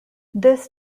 this